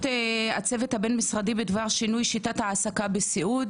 הצוות הבין-משרדי בדבר שינוי שיטת ההעסקה בענף הסיעוד.